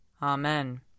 Amen